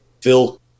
Phil